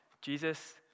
Jesus